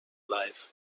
life